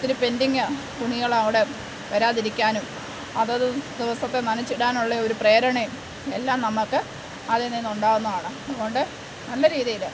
ഒത്തിരി പെൻഡിങ്ങ് തുണികൾ അവിടെ വരാതിരിക്കാനും അതത് ദിവസത്തെ നനച്ചിടാനുള്ള ഒരു പ്രേരണയും എല്ലാം നമുക്ക് അതിൽ നിന്ന് ഉണ്ടാവുന്നതാണ് അതുകൊണ്ട് നല്ല രീതിയിൽ